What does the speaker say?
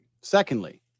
secondly